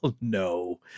no